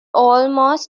almost